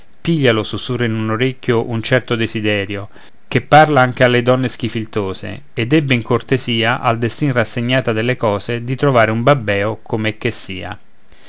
piglialo susurra in un orecchio un certo desiderio che parla anche alle donne schifiltose ed ebbe in cortesia al destin rassegnata delle cose di trovare un babbeo com è che sia